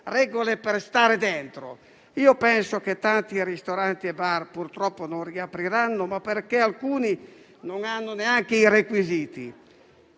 regole per stare dentro. Io penso che tanti ristoranti e bar, purtroppo, non riapriranno, ma perché alcuni non hanno neanche i requisiti